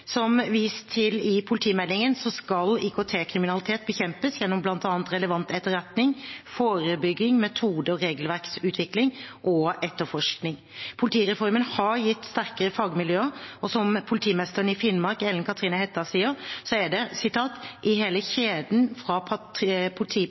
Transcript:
Som vist til i politimeldingen skal IKT-kriminalitet bekjempes gjennom bl.a. relevant etterretning, forebygging, metode- og regelverksutvikling og etterforskning. Politireformen har gitt sterkere fagmiljøer. Politimesteren i Finnmark, Ellen Katrine Hætta, sier det slik: «I hele kjeden fra politipatruljen til de spesialiserte fagmiljøene bygger vi opp kompetanse, kvalitet og en profesjonalitet i